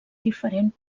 diferent